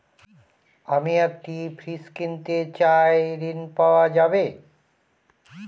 আমি একটি ফ্রিজ কিনতে চাই ঝণ পাওয়া যাবে?